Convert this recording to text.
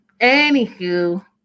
Anywho